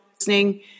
listening